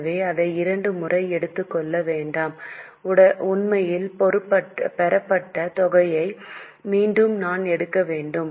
எனவே அதை இரண்டு முறை எடுத்துக் கொள்ள வேண்டாம் உண்மையில் பெறப்பட்ட தொகையை மட்டுமே நாம் எடுக்க வேண்டும்